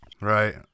Right